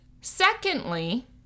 Secondly